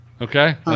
Okay